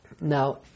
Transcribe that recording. Now